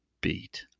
beat